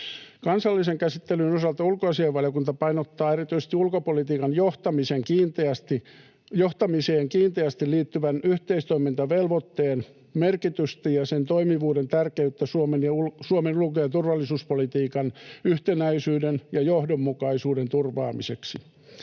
Kansallisen käsittelyn osalta ulkoasiainvaliokunta painottaa erityisesti ulkopolitiikan johtamiseen kiinteästi liittyvän yhteistoimintavelvoitteen merkitystä ja sen toimivuuden tärkeyttä Suomen ulko- ja turvallisuuspolitiikan yhtenäisyyden ja johdonmukaisuuden turvaamiseksi.